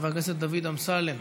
חבר הכנסת דוד אמסלם,